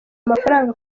amafaranga